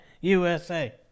USA